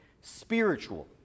spiritual